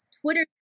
Twitter